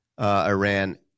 Iran